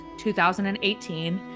2018